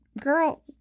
girl